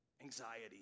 anxiety